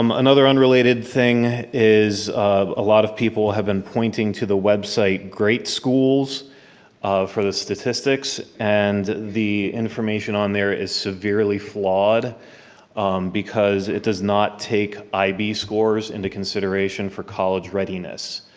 um another unrelated thing is a lot of people have been pointing to the website greatschools for the statistics and the information on there is severely flawed because it does not take ib scores into consideration for college readiness.